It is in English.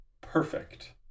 perfect